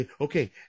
Okay